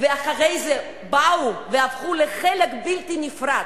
ואחרי זה באו והפכו לחלק בלתי נפרד,